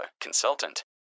consultant